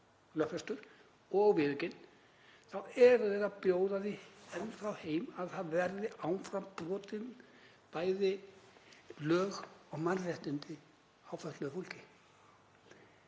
lögfestur, og viðaukinn, þá eru þeir að bjóða því heim að það verði áfram brotin bæði lög og mannréttindi á fötluðu fólki.